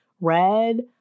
Red